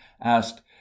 asked